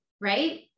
right